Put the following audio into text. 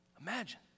Imagine